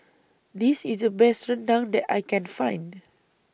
This IS The Best Rendang that I Can Find